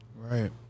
Right